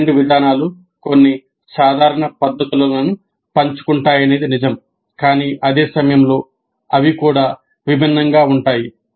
ఈ రెండు విధానాలు కొన్ని సాధారణ పద్దతులను పంచుకుంటాయనేది నిజం కానీ అదే సమయంలో అవి కూడా విభిన్నంగా ఉంటాయి